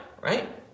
right